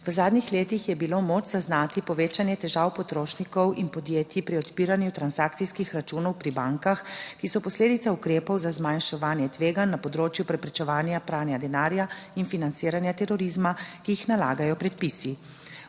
V zadnjih letih je bilo moč zaznati povečanje težav potrošnikov in podjetij pri odpiranju transakcijskih računov pri bankah, ki so posledica ukrepov za zmanjševanje tveganj na področju preprečevanja pranja denarja in financiranja terorizma, ki jih nalagajo predpisi.